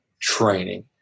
training